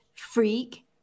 freak